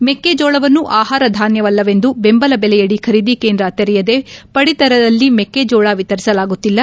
ಮೆಕ್ಕೆಜೋಳವನ್ನು ಅಹಾರಧಾನ್ಯವಲ್ಲವೆಂದು ಬೆಂಬಲ ಬೆಲೆಯಡಿ ಖರೀದಿ ಕೇಂದ್ರ ತೆರೆಯದೆ ಪಡಿತರದಲ್ಲಿ ಮೆಕ್ಕೇಜೋಳ ವಿತರಿಸಲಾಗುತ್ತಿಲ್ಲ